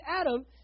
Adam